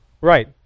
Right